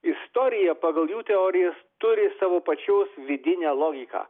istorija pagal jų teorijas turi savo pačios vidinę logiką